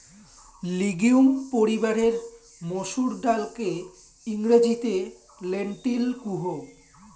legume পরিবারের মসুর ডালকে ইংরেজিতে লেন্টিল কুহ